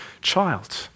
child